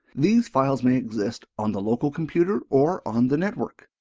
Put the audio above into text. these files may exist on the local computer or on the network.